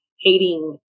hating